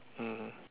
mm